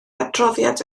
adroddiad